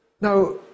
Now